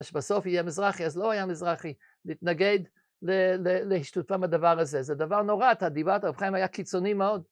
‫אז בסוף יהיה מזרחי, אז לא היה מזרחי ‫להתנגד להשתתף מהדבר הזה. ‫זה דבר נורא, אתה דיברת, ‫אבחיים היה קיצוני מאוד.